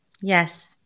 Yes